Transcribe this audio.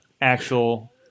actual